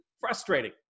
frustrating